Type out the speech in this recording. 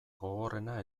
gogorrena